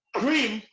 cream